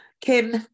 Kim